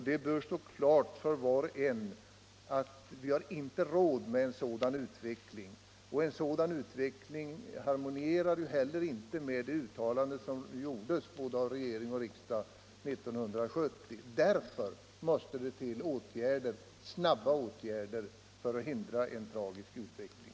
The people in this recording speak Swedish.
Det bör stå klart för var och en att vi inte har råd med en sådan utveckling — och den harmonierar inte heller med de uttalanden som gjordes av både regering och riksdag år 1970. Därför måste vi snabbt vidta åtgärder för att hindra en tragisk utveckling.